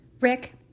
Rick